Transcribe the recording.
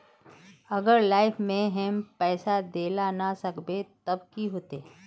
अगर लाइफ में हैम पैसा दे ला ना सकबे तब की होते?